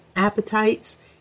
Appetites